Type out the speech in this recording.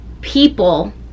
people